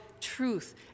truth